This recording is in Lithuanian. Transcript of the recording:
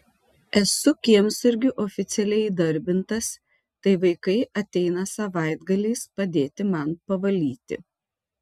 esu kiemsargiu oficialiai įdarbintas tai vaikai ateina savaitgaliais padėti man pavalyti